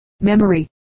Memory